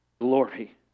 Glory